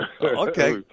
Okay